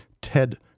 TED